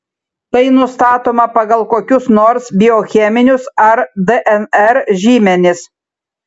tai nustatoma pagal kokius nors biocheminius ar dnr žymenis